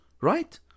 Right